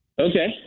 Okay